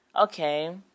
okay